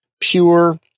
pure